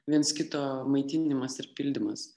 viens kito maitinimas ir pildymas